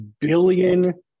billion